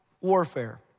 warfare